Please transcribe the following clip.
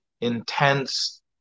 intense